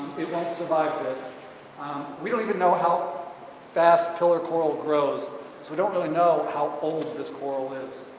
it won't survive this we don't even know how fast pillar coral grows so don't really know how old this coral is